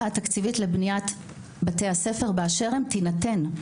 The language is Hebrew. התקציבית לבניית בתי הספר באשר הם תינתן.